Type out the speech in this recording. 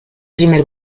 primer